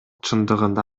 чындыгында